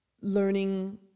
learning